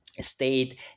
state